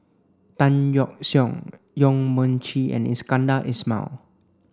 Tan Yeok Seong Yong Mun Chee and Iskandar Ismail